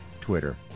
Twitter